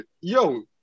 Yo